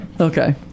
Okay